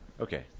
Okay